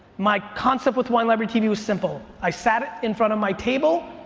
my concept with wine library tv was simple. i sat in front of my table,